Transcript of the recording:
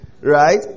right